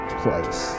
place